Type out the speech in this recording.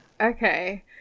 Okay